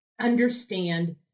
understand